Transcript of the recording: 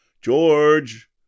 George